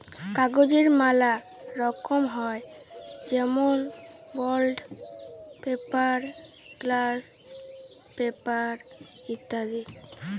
কাগজের ম্যালা রকম হ্যয় যেমল বন্ড পেপার, গ্লস পেপার ইত্যাদি